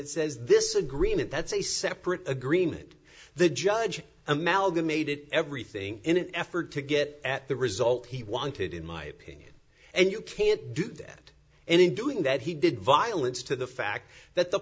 it says this agreement that's a separate agreement the judge amalgamated everything in an effort to get at the result he wanted in my opinion and you can't do that and in doing that he did violence to the fact that the